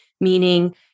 meaning